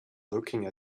looking